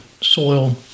soil